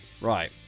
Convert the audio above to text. Right